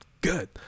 good